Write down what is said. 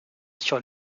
sur